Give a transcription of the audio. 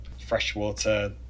freshwater